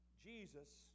Jesus